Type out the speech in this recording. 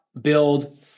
build